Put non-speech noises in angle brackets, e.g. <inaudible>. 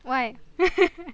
why <laughs>